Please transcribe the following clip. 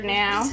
now